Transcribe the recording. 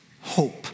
hope